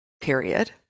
period